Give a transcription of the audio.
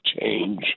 change